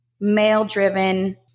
male-driven